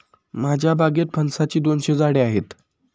माझ्या बागेत फणसाची दोनशे झाडे आहेत